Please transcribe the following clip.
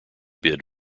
bid